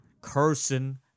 Cursing